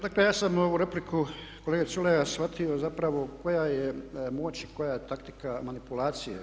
Dakle, ja sam ovu repliku kolege Culeja shvatio zapravo koja je moć i koja je taktika manipulacije.